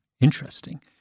interesting